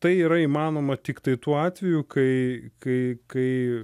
tai yra įmanoma tiktai tuo atveju kai kai kai